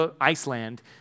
Iceland